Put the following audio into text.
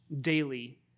daily